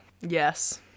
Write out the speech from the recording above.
Yes